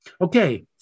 Okay